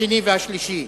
השני והשלישי.